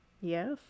yes